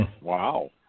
Wow